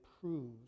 proves